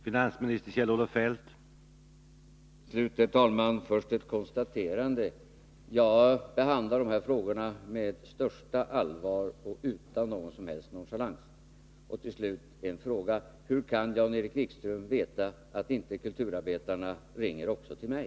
Herr talman! Först ett konstaterande: Jag behandlar dessa frågor med största allvar och utan någon som helst nonchalans. Till slut en fråga: Hur kan Jan-Erik Wikström veta att kulturarbetarna inte ringer också till mig?